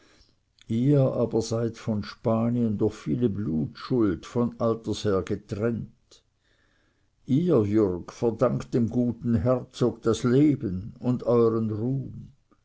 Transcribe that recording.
ihr aber seid von spanien durch viele blutschuld von alters her getrennt ihr jürg verdankt dem guten herzog das leben und euern ruhm